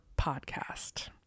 podcast